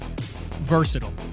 versatile